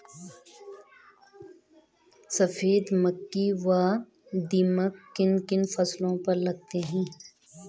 सफेद मक्खी व दीमक किन किन फसलों पर लगते हैं?